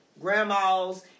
Grandmas